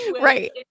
right